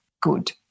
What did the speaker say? good